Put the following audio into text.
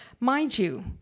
mind you,